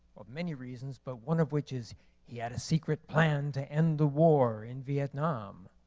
of many reasons, but one of which is he had a secret plan to end the war in vietnam.